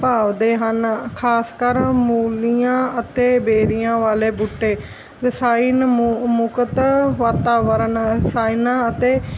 ਭਾਉਂਦੇ ਹਨ ਖਾਸਕਰ ਮੂਲੀਆਂ ਅਤੇ ਬੇਰੀਆਂ ਵਾਲੇ ਬੂਟੇ ਰਸਾਇਣ ਮੁ ਮੁਕਤ ਵਾਤਾਵਰਨ ਰਸਾਇਣਾਂ ਅਤੇ